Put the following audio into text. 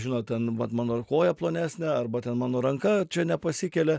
žinot ten vat mano koja plonesnė arba ten mano ranka čia nepasikelia